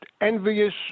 envious